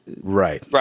Right